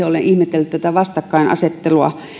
olen ihmetellyt tätä vastakkainasettelua